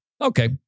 Okay